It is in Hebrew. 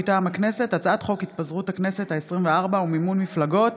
מטעם הכנסת: הצעת חוק התפזרות הכנסת העשרים-וארבע ומימון מפלגות,